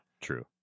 true